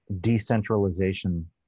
decentralization